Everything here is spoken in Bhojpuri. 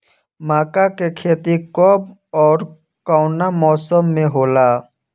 मका के खेती कब ओर कवना मौसम में होला?